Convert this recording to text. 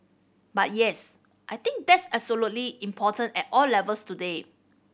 but yes I think that's absolutely important at all levels today